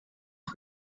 for